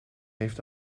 heeft